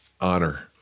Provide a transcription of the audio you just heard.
honor